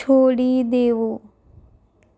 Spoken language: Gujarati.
છોડી દેવું